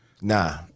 Nah